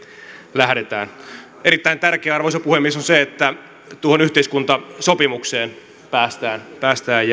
lähdetään erittäin tärkeää arvoisa puhemies on se että tuohon yhteiskuntasopimukseen päästään päästään